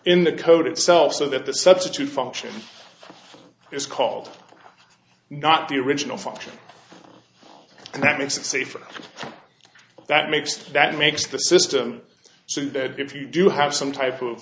in the code itself so that the substitute function is called not the original function that makes it safer that makes that makes the system so that if you do have some type of